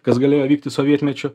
kas galėjo vykti sovietmečiu